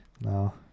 No